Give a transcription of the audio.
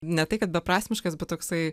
ne tai kad beprasmiškas bet toksai